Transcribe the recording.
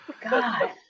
God